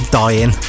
dying